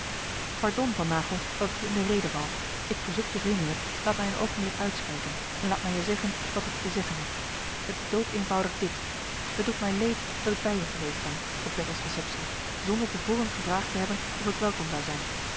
pardon van naghel dat ik je in de rede val ik verzoek je vriendelijk laat mij een oogenblik uitspreken en laat mij je zeggen wat ik je te zeggen heb het is doodeenvoudig dit het doet mij leed dat ik bij je geweest ben op bertha's receptie zonder te voren gevraagd te hebben of ik welkom zoû zijn